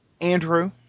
Andrew